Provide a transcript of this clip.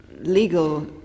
legal